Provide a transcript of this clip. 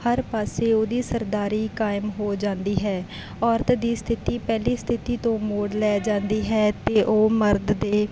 ਹਰ ਪਾਸੇ ਉਹਦੀ ਸਰਦਾਰੀ ਕਾਇਮ ਹੋ ਜਾਂਦੀ ਹੈ ਔਰਤ ਦੀ ਸਥਿਤੀ ਪਹਿਲੀ ਸਥਿਤੀ ਤੋਂ ਮੋੜ ਲੈ ਜਾਂਦੀ ਹੈ ਅਤੇ ਉਹ ਮਰਦ ਦੇ